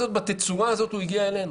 בתצורה הזאת החוק הגיע אלינו.